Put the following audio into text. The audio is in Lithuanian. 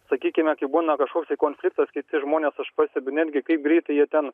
sakykime kai būna kažkoks tai konfliktas kiti žmonės aš pastebiu netgi kaip greitai jie ten